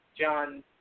John